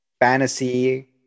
fantasy